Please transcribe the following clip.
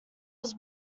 was